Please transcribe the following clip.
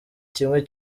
kimwe